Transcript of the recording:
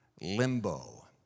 limbo